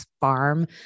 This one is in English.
farm